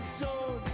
zone